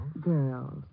Girls